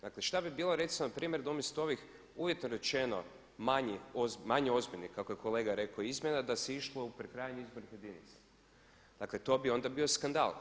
Dakle šta bi bilo recimo npr. da umjesto ovih uvjetno rečeno manje ozbiljnih kako je kolega rekao izmjena, da se išlo u prekrajanje izbornih jedinica, dakle to bi onda bio skandal.